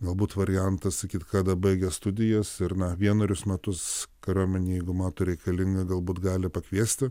galbūt variantas sakyt kad baigė studijas ir na vienerius metus kariuomenėj jeigu mato reikalinga galbūt gali pakviesti